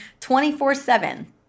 24-7